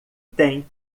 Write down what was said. têm